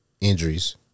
injuries